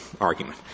argument